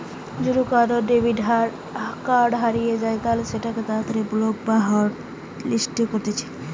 যদি কারুর debit card হারিয়ে যায় তালে সেটোকে তাড়াতাড়ি ব্লক বা হটলিস্ট করতিছে